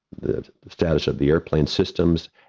the status of the airplane systems,